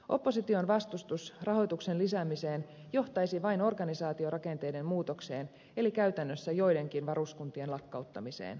opposition vastustus rahoituksen lisäämistä kohtaan johtaisi vain organisaatiorakenteiden muutokseen eli käytännössä joidenkin varuskuntien lakkauttamiseen